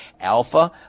alpha